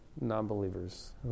non-believers